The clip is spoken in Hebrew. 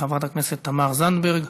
חברת הכנסת תמר זנדברג,